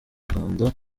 rwanda